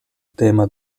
tema